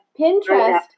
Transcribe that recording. Pinterest